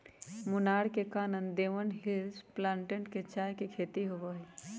मुन्नार में Kanan Devan hills plantation में चाय के खेती होबा हई